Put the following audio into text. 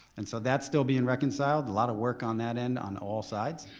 and so that's still being reconciled. a lot of work on that end on all sides.